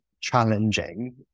challenging